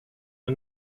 the